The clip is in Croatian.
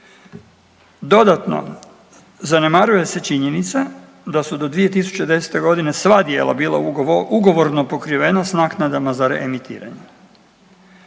Dodatno zanemaruje se činjenica da su do 2010. godine sva djela bila ugovorno pokrivena s naknadama za reemitiranje.